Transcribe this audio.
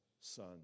Son